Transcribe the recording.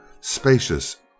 spacious